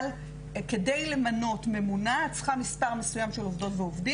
כדי למנות ממונה את צריכה מספר מסויים של עובדות ועובדים.